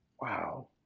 Wow